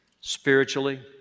spiritually